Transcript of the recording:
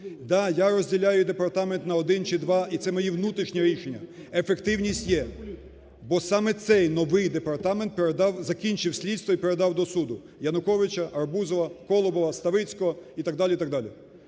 Да, я розділяю департамент на один чи два, і це мої внутрішні рішення. Ефективність є, бо саме цей, новий департамент закінчив слідство і передав до суду Януковича, Арбузова, Колобова, Ставицького і так далі,